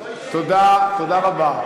תודה, תודה רבה.